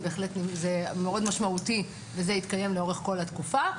מאוד משמעותי וזה התקיים לאורך כל התקופה.